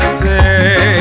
say